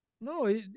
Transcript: No